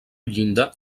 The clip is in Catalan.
llinda